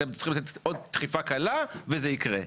אתם צריכים לתת עוד דחיפה קלה וזה יקרה,